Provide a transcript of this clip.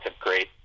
great